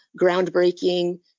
groundbreaking